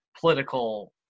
political